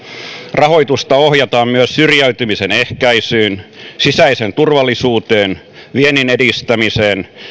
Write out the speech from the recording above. rahoitusta ohjataan myös syrjäytymisen ehkäisyyn sisäiseen turvallisuuteen viennin edistämiseen